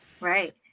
Right